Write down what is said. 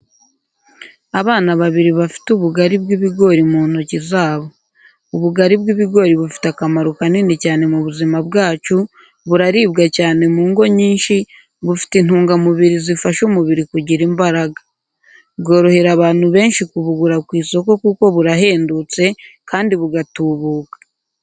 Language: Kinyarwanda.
Abana babiri bafite ubugari bw'ibigori mu ntoki zabo. Ubugari bw’ibigori bufite akamaro kanini cyane mu buzima bwacu, buraribwa cyane mu ngo nyinshi, bufite intungamubiri zifasha umubiri kugira imbaraga. Bworohera abantu benshi kubugura ku isoko kuko burahendutse, kandi bugatubuka.